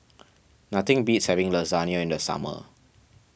nothing beats having Lasagna in the summer